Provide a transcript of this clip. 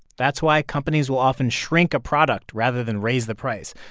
that's why companies will often shrink a product rather than raise the price.